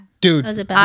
Dude